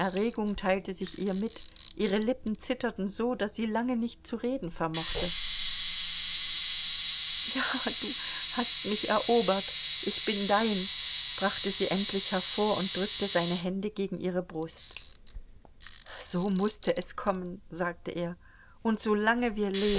erregung teilte sich ihr mit ihre lippen zitterten so daß sie lange nicht zu reden vermochte ja du hast mich erobert ich bin dein brachte sie endlich hervor und drückte seine hände gegen ihre brust so mußte es kommen sagte er und solange wir